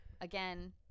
again